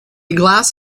glass